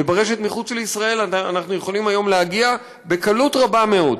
וברשת מחוץ לישראל אנחנו יכולים היום להגיע בקלות רבה מאוד,